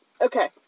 okay